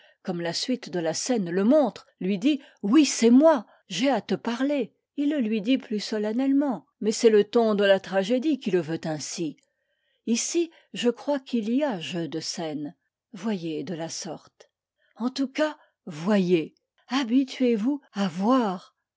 comme la suite de la scène le montre lui dit oui c'est moi j'ai à te parler il le lui dit plus solennellement mais c'est le ton de la tragédie qui le veut ainsi ici je crois qu'il y a jeu de scène voyez de la sorte en tout cas voyez habituez vous à voir